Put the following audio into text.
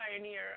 pioneer